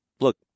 look